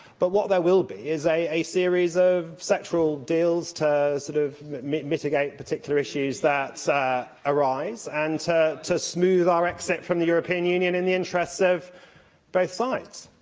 but what there will be is a series of sectoral deals to sort of mitigate particular issues that arise and to to smooth our exit from the european union in the interests of both sides.